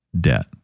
debt